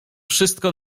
wszystko